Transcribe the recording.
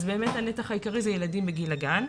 הנתח העיקרי הוא אכן ילדים בגיל הגן.